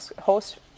host